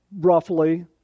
roughly